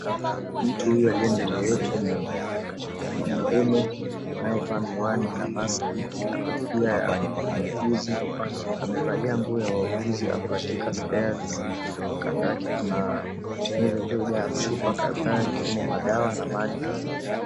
Mtu huyu aliye mbele yetu ni mwanaume. Anayevaa miwani na maski, na kofia ya muuguzi. Amevalia nguo ya wauguzi, ako katika stairs . Kando yake kuna meza iliyojaa chupa kadhaa, ikiwemo madawa na maji.